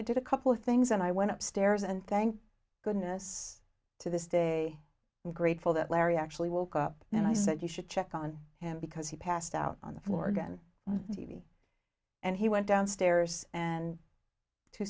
i did a couple things and i went upstairs and thank goodness to this day i'm grateful that larry actually woke up and i said you should check on him because he passed out on the floor again and he went downstairs and two